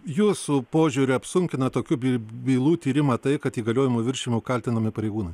jūsų požiūriu apsunkina tokių bylų tyrimą tai kad įgaliojimų viršijimu kaltinami pareigūnai